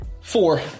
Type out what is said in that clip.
Four